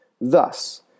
Thus